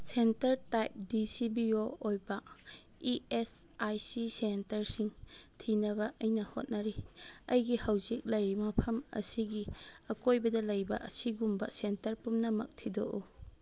centre type D C B O ꯑꯣꯏꯕ E S I C ꯁꯦꯟꯇꯔꯁꯤꯡ ꯊꯤꯅꯕ ꯑꯩꯅ ꯍꯣꯠꯅꯔꯤ ꯑꯩꯒꯤ ꯍꯧꯖꯤꯛ ꯂꯩꯔꯤꯕ ꯃꯐꯝ ꯑꯁꯤꯒꯤ ꯑꯀꯣꯏꯕꯗ ꯂꯩꯕ ꯑꯁꯤꯒꯨꯝꯕ ꯁꯦꯟꯇꯔ ꯄꯨꯝꯅꯃꯛ ꯊꯤꯗꯣꯛꯎ